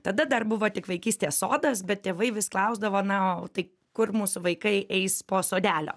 tada dar buvo tik vaikystės sodas bet tėvai vis klausdavo na o tai kur mūsų vaikai eis po sodelio